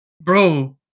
bro